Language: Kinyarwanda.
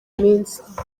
minsi